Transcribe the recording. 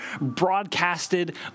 broadcasted